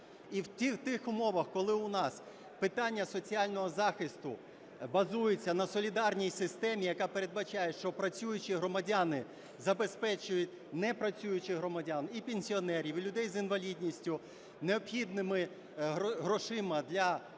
І в тих умовах, коли у нас питання соціального захисту базується на солідарній системі, яка передбачає, що працюючі громадяни забезпечують непрацюючих громадян, і пенсіонерів, і людей з інвалідністю необхідними грошима для того,